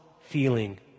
feeling